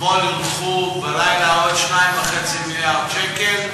אתמול הונחו בלילה עוד 2.5 מיליארד שקל,